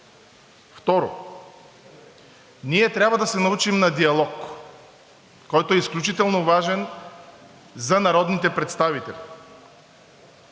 Второ, ние трябва да се научим на диалог, който е изключително важен за народните представители,